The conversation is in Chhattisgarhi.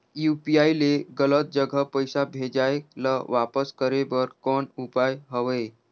यू.पी.आई ले गलत जगह पईसा भेजाय ल वापस करे बर कौन उपाय हवय?